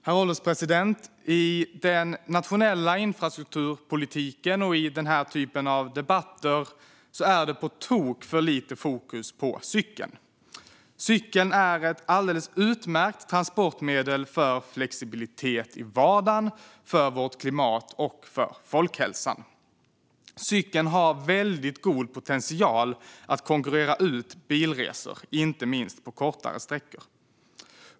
Herr ålderspresident! I den nationella infrastrukturpolitiken och i den här typen av debatter är det på tok för lite fokus på cykeln. Cykeln är ett alldeles utmärkt transportmedel för flexibilitet i vardagen, för vårt klimat och för folkhälsan. Cykeln har väldigt god potential att konkurrera ut bilresor, inte minst på kortare sträckor.